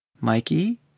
Mikey